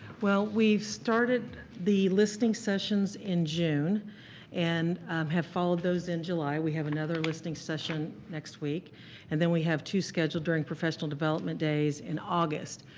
well we've started the listing sessions in june and have followed those in july. we have another listing session next week and then we have two scheduled during professional development days in august.